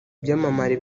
byamamare